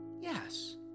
Yes